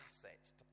assets